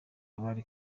abari